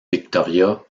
victoria